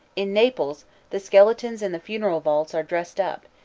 in naples the skeletons in the funeral vaults are dressed up,